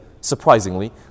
surprisingly